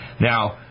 Now